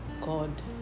god